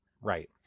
right